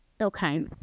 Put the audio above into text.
Okay